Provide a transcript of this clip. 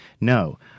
No